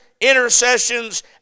intercessions